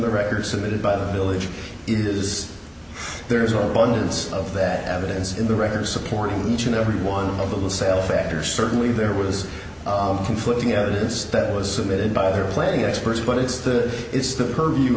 the records submitted by the village it is there are abundance of that evidence in the records supporting each and every one of the sale factors certainly there was conflicting evidence that was submitted by their playing experts but it's the it's the purview